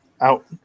out